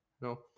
no